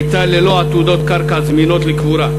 הייתה ללא עתודות קרקע זמינות לקבורה,